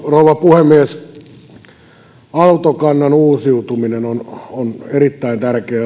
rouva puhemies autokannan uusiutuminen on erittäin tärkeä